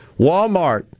Walmart